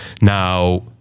Now